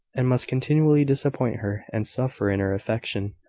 and must continually disappoint her, and suffer in her affection.